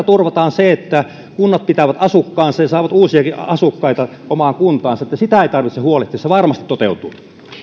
turvataan se että kunnat pitävät asukkaansa ja saavat uusiakin asukkaita omaan kuntaansa niin että siitä ei tarvitse huolehtia se varmasti toteutuu